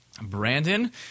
Brandon